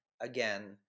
again